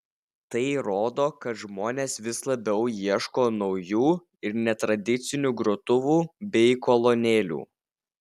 tai rodo kad žmonės vis labiau ieško naujų ir netradicinių grotuvų bei kolonėlių